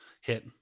hit